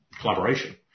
collaboration